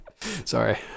Sorry